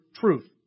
truth